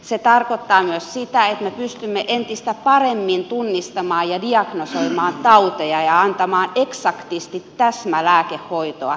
se tarkoittaa myös sitä että me pystymme entistä paremmin tunnistamaan ja diagnosoimaan tauteja ja antamaan eksaktisti täsmälääkehoitoa